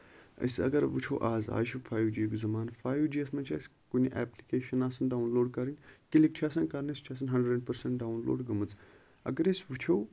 أسۍ اَگر وٕچھو آز آز چھُ فایو جی یُک زَمانہٕ فایو جیَس منٛز چھِ أسۍ کُنہِ ایپِلکیشن آسان ڈَوُن لوڈ کَرٕنۍ کِلِک چھُ آسان کَرنے سُہ چھُ آسان ہَنڈرنڈ پٔرسَنٹ ڈَوُن لوڈ گٔمٕژ اَگر أسۍ وٕچھو